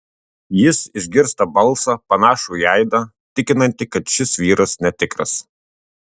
jis išgirsta balsą panašų į aidą tikinantį kad šis vyras netikras